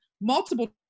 multiple